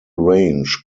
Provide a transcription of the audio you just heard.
range